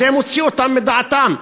זה מוציא אותם מדעתם.